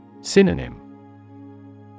Synonym